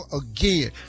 again